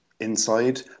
inside